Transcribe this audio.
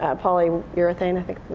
ah polyurethane i think.